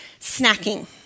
snacking